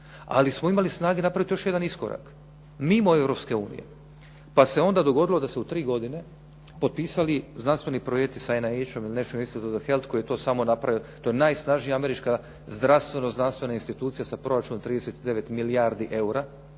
Ali smo imali još snage napraviti još jedan iskorak mimo Europske unije, pa se onda dogodilo da se u tri godine potpisali znanstveni projekti NIH "National institution of health" koji je to samo napravio. To je najsnažnija američka zdravstveno znanstvena institucija sa proračunom od 39 milijardi eura,